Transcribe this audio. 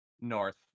North